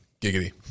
Giggity